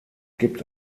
gibt